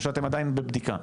או שאתם עדיין בבדיקה?